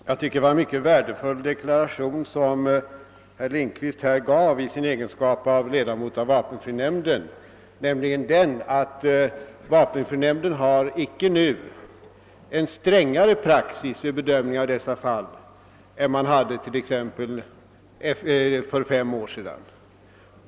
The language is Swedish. Herr talman! Herr Lindkvist gjorde i sin egenskap av ledamot av vapenfrinämnden enligt min uppfattning en mycket värdefull deklaration, nämligen att vapenfrinämnden nu icke har en strängare praxis vid sin bedömning av de aktuella fallen än t.ex. för fem år sedan.